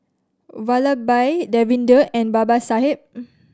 Vallabhbhai Davinder and Babasaheb